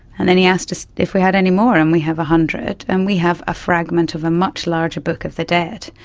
and then he asked us if we had any more, and we have one hundred. and we have a fragment of a much larger book of the dead,